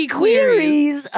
queries